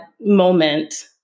moment